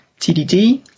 TDD